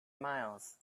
miles